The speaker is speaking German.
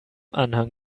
anhang